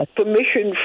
permission